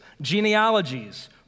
genealogies